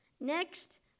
Next